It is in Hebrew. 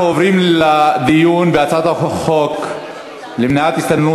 אנחנו עוברים לדיון בהצעת חוק למניעת הסתננות